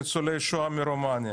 ניצולי שואה מרומניה.